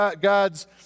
God's